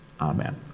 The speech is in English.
amen